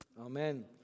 Amen